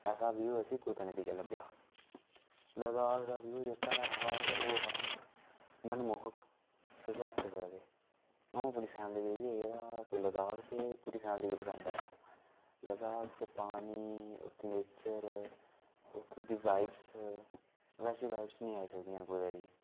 ऐसा व्यू असें कुतै नी दिक लब्भेआ लद्दाख दा व्यू जेह्का ऐ हा ओह् हा मनमोहक तुस आक्खी सकदे अ'ऊं अपनी फैमली लेइयै गेदा हा लद्दाख ते पूरी फैमली गी पसंद आया लद्दाख च पानी उत्थें नेचर उत्थे दी वाईबस ऐसी वाईबस नी आई सकदियां न कुदै बी